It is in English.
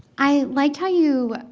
i liked how you